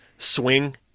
swing